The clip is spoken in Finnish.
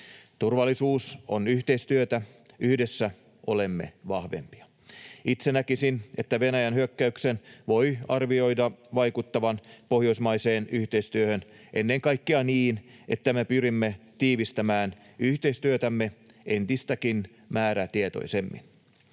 Turvallisuus on yhteistyötä. Yhdessä olemme vahvempia. Itse näkisin, että Venäjän hyökkäyksen voi arvioida vaikuttavan pohjoismaiseen yhteistyöhön ennen kaikkea niin, että me pyrimme tiivistämään yhteistyötämme entistäkin määrätietoisemmin.